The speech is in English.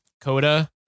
Coda